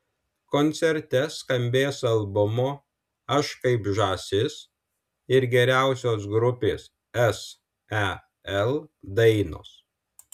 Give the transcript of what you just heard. koncerte skambės albumo aš kaip žąsis ir geriausios grupės sel dainos